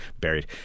buried